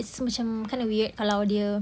is macam kinda weird kalau dia